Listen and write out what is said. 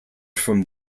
from